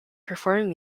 performing